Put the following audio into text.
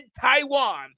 Taiwan